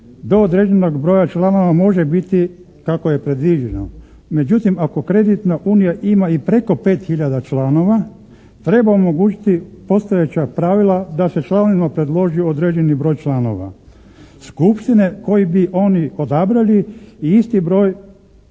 do određenog broja članova može biti kako je predviđeno. Međutim, ako kreditna unija ima i preko 5 hiljada članova treba omogućiti postojeća pravila da se članovima predloži određeni broj članova skupštine koje bi oni odabrali i isti broj